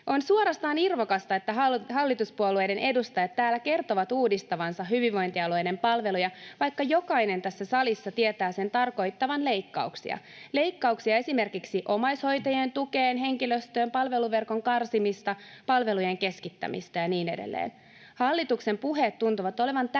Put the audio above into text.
On suorastaan irvokasta, että hallituspuolueiden edustajat täällä kertovat uudistavansa hyvinvointialueiden palveluja, vaikka jokainen tässä salissa tietää sen tarkoittavan leikkauksia — leikkauksia esimerkiksi omaishoitajien tukeen ja henkilöstöön, palveluverkon karsimista, palvelujen keskittämistä, ja niin edelleen. Hallituksen puheet tuntuvat olevan täysin